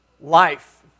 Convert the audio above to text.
Life